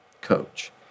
coach